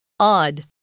Odd